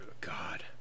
god